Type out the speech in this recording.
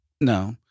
No